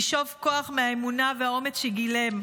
לשאוב כוח מהאמונה והאומץ שגילם,